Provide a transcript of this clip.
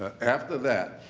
ah after that,